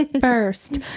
First